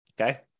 Okay